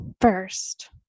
first